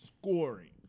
scoring